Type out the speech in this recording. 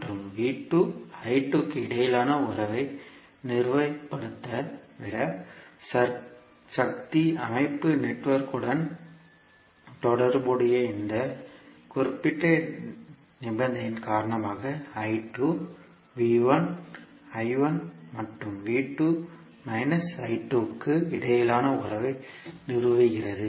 மற்றும் க்கு இடையிலான உறவை நிறுவுவதை விட சக்தி அமைப்பு நெட்வொர்க்குடன் தொடர்புடைய இந்த குறிப்பிட்ட நிபந்தனையின் காரணமாக மற்றும் க்கு இடையிலான உறவை நிறுவுகிறது